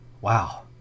Wow